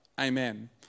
Amen